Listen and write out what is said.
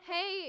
Hey